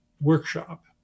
workshop